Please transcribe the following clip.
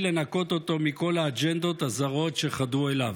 לנקות אותו מכל האג'נדות הזרות שחדרו אליו.